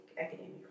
academic